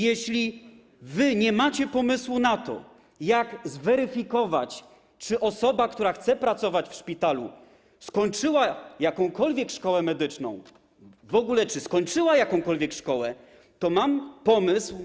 Jeśli wy nie macie pomysłu na to, jak zweryfikować, czy osoba, która chce pracować w szpitalu, skończyła jakąkolwiek szkołę medyczną, czy w ogóle skończyła jakąkolwiek szkołę, to mam pomysł.